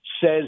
says